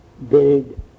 buried